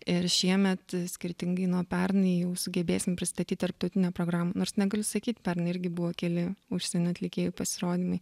ir šiemet skirtingai nuo pernai jau sugebėsim pristatyt tarptautinę programą nors negaliu sakyt pernai irgi buvo keli užsienio atlikėjų pasirodymai